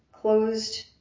closed